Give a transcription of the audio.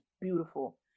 beautiful